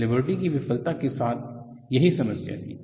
liberty की विफलता के साथ यही समस्या थी